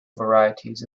varieties